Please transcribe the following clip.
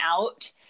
out